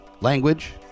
language